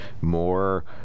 more